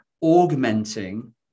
augmenting